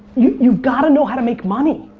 you've you've got to know how to make money.